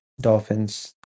Dolphins